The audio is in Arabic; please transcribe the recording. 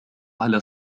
على